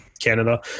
Canada